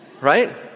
Right